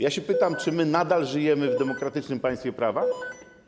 Ja pytam, czy my nadal żyjemy w demokratycznym państwie prawa.